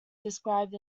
described